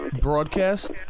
broadcast